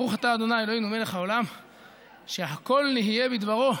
ברוך אתה ה' אלוקינו מלך העולם שהכול נהיה בדברו.